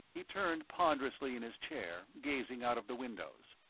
he turned ponderously in his chair, gazing out of the windows.